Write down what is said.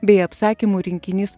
bei apsakymų rinkinys